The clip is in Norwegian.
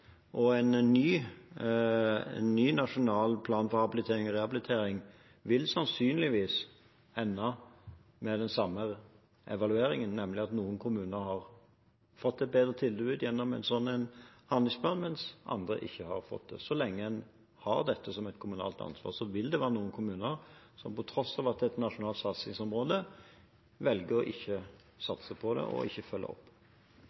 En ny nasjonal plan for habilitering og rehabilitering vil sannsynligvis ende med den samme evalueringen, nemlig at noen kommuner har fått et bedre tilbud gjennom en slik handlingsplan, mens andre ikke har fått det. Så lenge en har dette som et kommunalt ansvar, vil det være noen kommuner som på tross av at det er et nasjonalt satsingsområde, velger å ikke satse på det og ikke følge opp.